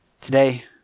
Today